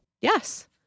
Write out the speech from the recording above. Yes